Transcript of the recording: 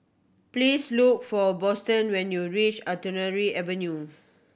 please look for Boston when you reach Artillery Avenue